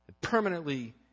Permanently